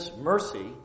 mercy